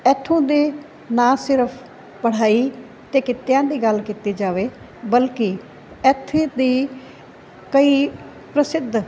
ਇੱਥੋਂ ਦੇ ਨਾ ਸਿਰਫ ਪੜ੍ਹਾਈ ਅਤੇ ਕਿੱਤਿਆਂ ਦੀ ਗੱਲ ਕੀਤੀ ਜਾਵੇ ਬਲਕਿ ਇੱਥੇ ਦੀਆਂ ਕਈ ਪ੍ਰਸਿੱਧ